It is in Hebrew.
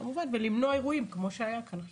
ולמנוע אירועים כמו שהיו לא מזמן.